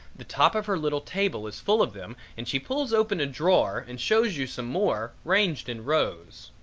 the top of her little table is full of them and she pulls open a drawer and shows you some more, ranged in rows.